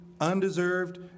undeserved